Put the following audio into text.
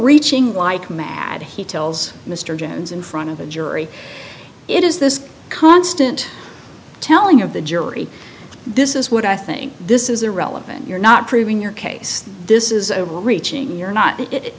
overreaching like mad he tells mr jones in front of a jury it is this constant telling of the jury this is what i think this is irrelevant you're not proving your case this is overreaching you're not i